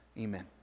Amen